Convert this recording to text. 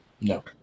No